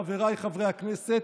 חבריי חברי הכנסת,